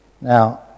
Now